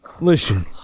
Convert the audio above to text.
Listen